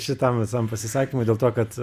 šitam visam pasisakymui dėl to kad